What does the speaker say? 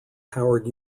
howard